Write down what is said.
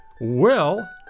Well